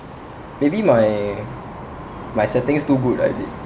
maybe my my settings too good ah is it